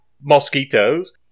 mosquitoes